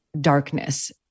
darkness